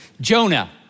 Jonah